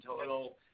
total